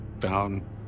found